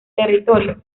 territorio